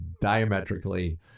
diametrically